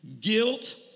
guilt